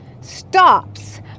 stops